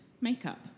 Makeup